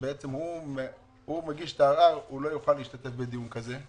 שהוא מגיש את הערר לא יוכל להשתתף בדיון כזה?